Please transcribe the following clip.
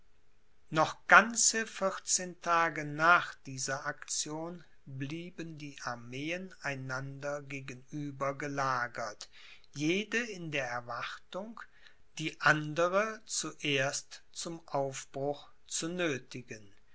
noch ganze vierzehn tage nach dieser aktion blieben die armeen einander gegenüber gelagert jede in der erwartung die andere zuerst zum aufbruch zu